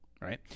right